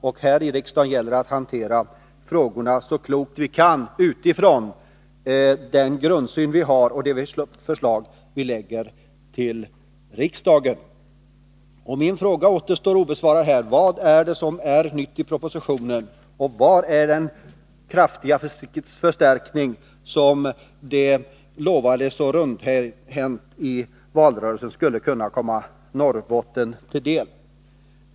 Och här i riksdagen gäller det att hantera frågorna så klokt vi kan utifrån den grundsyn vi har och de förslag som vi lägger fram till riksdagen. Mina frågor kvarstår obesvarade. Vad är det som är nytt i propositionen? Var finns den kraftiga förstärkning som enligt de rundhänta löftena i valrörelsen skulle komma Norrbotten till del?